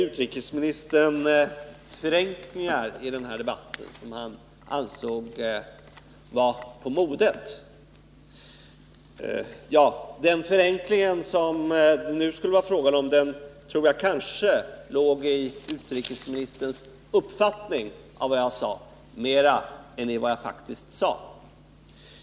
Utrikesministern upplevde förenklingar i debatten som han ansåg vara på modet. Den förenkling som det nu skulle vara fråga om tror jag kanske ligger mer i utrikesministerns uppfattning om vad jag sade än i vad jag faktiskt sade.